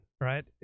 right